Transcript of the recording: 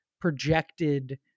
projected